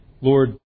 Lord